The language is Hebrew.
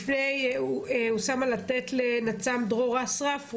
לפני אוסאמה אני רוצה לתת את רשות הדיבור לנצ"מ דרור אסרף,